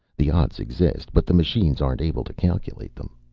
the odds exist, but the machines aren't able to calculate them.